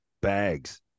bags